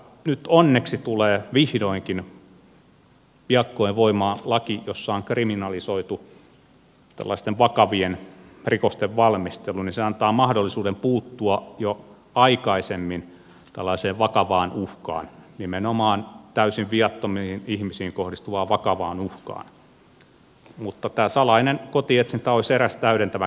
nyt onneksi tulee vihdoinkin piakkoin voimaan laki jossa on kriminalisoitu tällaisten vakavien rikosten valmistelu niin se antaa mahdollisuuden puuttua jo aikaisemmin tällaiseen vakavaan uhkaan nimenomaan täysin viattomiin ihmisiin kohdistuvaan vakavaan uhkaan mutta tämä salainen kotietsintä olisi eräs täydentävä keino siinä